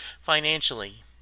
financially